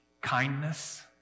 Kindness